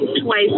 twice